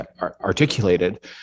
articulated